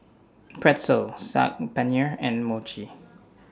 Pretzel Saag Paneer and Mochi